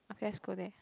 okay let's go there